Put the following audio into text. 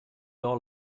all